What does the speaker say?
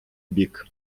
бік